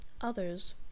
Others